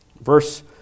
verse